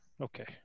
Okay